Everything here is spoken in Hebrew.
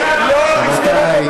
עצמי.